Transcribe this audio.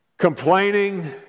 Complaining